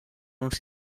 uns